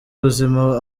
buzima